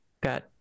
Got